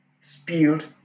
spilled